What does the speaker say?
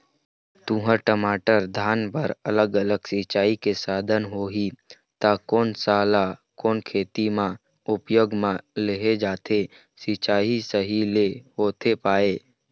तुंहर, टमाटर, धान बर अलग अलग सिचाई के साधन होही ता कोन सा ला कोन खेती मा उपयोग मा लेहे जाथे, सिचाई सही से होथे पाए?